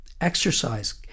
exercise